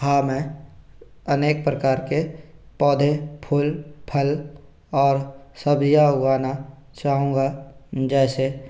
हाँ मैं अनेक प्रकार के पौधे फूल फल और सब्जियां उगाना चाहूँगा जैसे